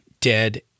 dead